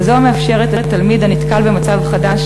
כזו המאפשרת לתלמיד הנתקל במצב חדש